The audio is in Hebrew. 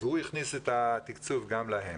והוא הכניס את התקצוב גם להם.